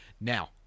Now